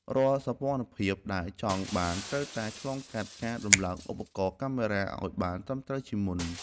រាល់សោភ័ណភាពដែលចង់បានត្រូវតែឆ្លងកាត់ការដំឡើងឧបករណ៍កាមេរ៉ាឱ្យបានត្រឹមត្រូវជាមុន។